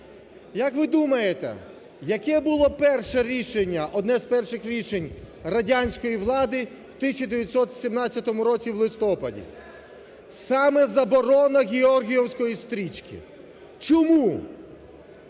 як ви думаєте, яке було перше рішення, одне з перших рішень радянської влади в 1917 році в листопаді? Саме заборона георгіївської стрічки. Чому?